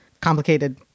complicated